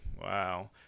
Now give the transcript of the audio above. wow